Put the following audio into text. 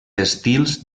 estils